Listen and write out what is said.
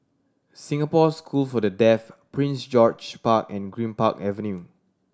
Singapore School for The Deaf Prince George's Park and Greenpark Avenue